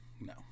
No